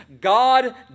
God